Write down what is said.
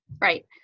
Right